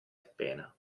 appena